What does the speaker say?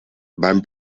beim